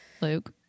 luke